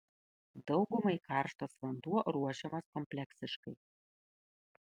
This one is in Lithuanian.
daugumai karštas vanduo ruošiamas kompleksiškai